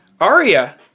Aria